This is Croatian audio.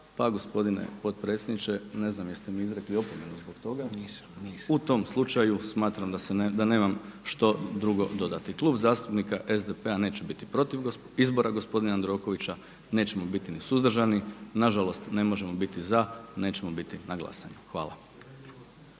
toga? **Reiner, Željko (HDZ)** Nisam, nisam. **Bauk, Arsen (SDP)** U tom slučaju smatram da nemam što drugo dodati. Klub zastupnika SDP-a neće biti protiv izbora gospodina Jandrokovića, nećemo biti ni suzdržani, nažalost ne možemo biti za, nećemo biti na glasanju. Hvala.